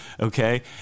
Okay